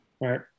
Right